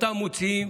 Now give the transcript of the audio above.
אותה מוציאים,